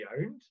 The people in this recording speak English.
owned